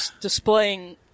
displaying